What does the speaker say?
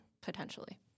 potentially